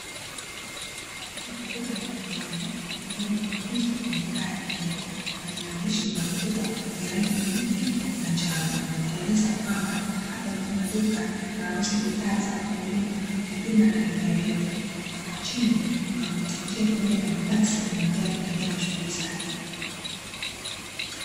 Bango kubwa la kijani ambalo limening'inizwa kwenye paa la jengo lenye maandishi makubwa yenye rangi nyeupe na njano, inaeleza kwamba hapo ni kuna duka wanauza bidhaa za wakulima kijumla na rejereja na kwa chini kuna wapita njia pamoja na mabasi na magari yakiendelea na shughuli zake.